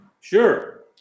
Sure